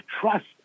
trust